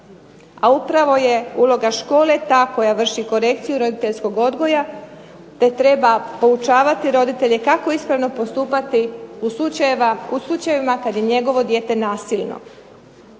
A upravo je uloga škole ta koja vrši korekciju roditeljskog odgoj te treba poučavati roditelje kako ispravno postupati u slučajevima kad je njegovo dijete nasilno.